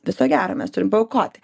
viso gero mes turim paaukoti